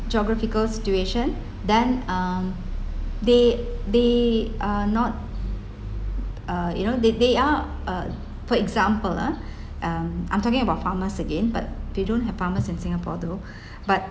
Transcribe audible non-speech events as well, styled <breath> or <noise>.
geographical situation then um they they are not uh you know they they are uh for example ah uh I'm talking about farmers again but they don't have farmers in singapore though <breath> but